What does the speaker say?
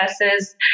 processes